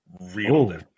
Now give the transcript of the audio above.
real